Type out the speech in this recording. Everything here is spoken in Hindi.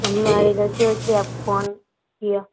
हमारे घर की वजह से आपको फोन किया